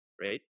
right